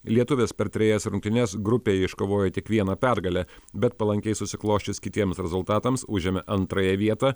lietuvės per trejas rungtynes grupėje iškovojo tik vieną pergalę bet palankiai susiklosčius kitiems rezultatams užėmė antrąją vietą